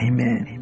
Amen